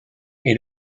est